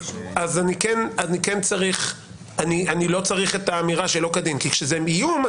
אני לא צריך את האמירה שלא כדין כי כשזה איום,